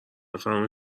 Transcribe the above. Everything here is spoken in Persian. بفرمایین